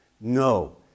No